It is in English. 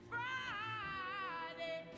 Friday